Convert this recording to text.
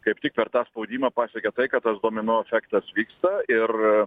kaip tik per tą spaudimą pasiekė tai kad tas domino efektas vyksta ir